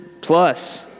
plus